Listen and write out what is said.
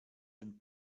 den